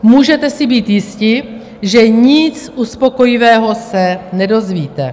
Můžete si být jisti, že nic uspokojivého se nedozvíte.